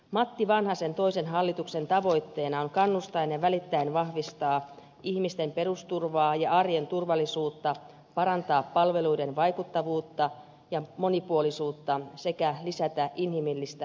matti vanhasen toisen hallituksen tavoitteena on kannustaen ja välittäen vahvistaa ihmisten perusturvaa ja arjen turvallisuutta parantaa palveluiden vaikuttavuutta ja monipuolisuutta sekä lisätä inhimillistä hyvinvointia